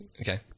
okay